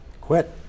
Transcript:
Quit